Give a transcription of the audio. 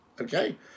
okay